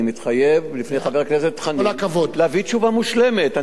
אני מתחייב בפני חבר הכנסת חנין להביא תשובה מושלמת.